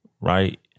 right